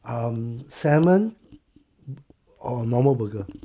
um salmon or normal burger